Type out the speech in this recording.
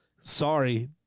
Sorry